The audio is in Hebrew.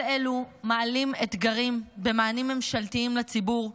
כל אלה מעלים אתגרים במענים ממשלתיים לציבור,